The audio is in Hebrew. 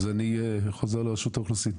אז אני חוזר לרשות האוכלוסין.